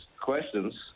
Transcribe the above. questions